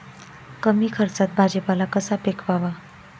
कमी खर्चात भाजीपाला कसा पिकवावा?